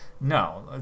no